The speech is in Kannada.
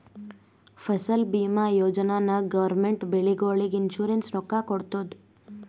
ಫಸಲ್ ಭೀಮಾ ಯೋಜನಾ ನಾಗ್ ಗೌರ್ಮೆಂಟ್ ಬೆಳಿಗೊಳಿಗ್ ಇನ್ಸೂರೆನ್ಸ್ ರೊಕ್ಕಾ ಕೊಡ್ತುದ್